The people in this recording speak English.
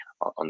on